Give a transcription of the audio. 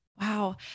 Wow